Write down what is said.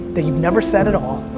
that you've never said at all,